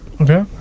Okay